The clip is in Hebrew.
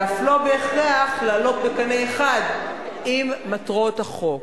ואף לא בהכרח כדי לעלות בקנה אחד עם מטרות החוק.